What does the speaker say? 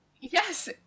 Yes